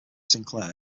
sinclair